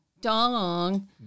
dong